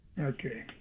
Okay